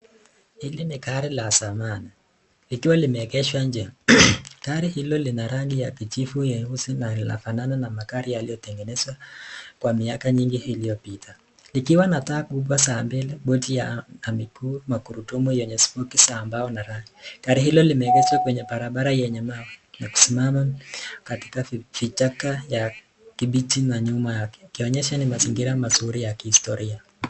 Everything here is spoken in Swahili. Hili ni gari la zamani likiwa limeegezwa nje, gari hilo lina rangi ya kijivu nyeusi na lina lina fanana na magari iliyotengenezwa kwa miaka mingi iliyopita, ikiwa na taa kubwa za mbele boti ya miguu magurudumu zenye supporti ya mbao na rangi. Gari hilo limeegezwa kwenye barabara yenye mawe na kusimama katika vichaka ya kibichi na nyuma yake ikionyesha ni mazingira mazuri ya kihistoria.